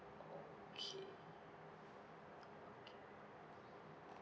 okay okay